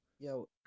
Yo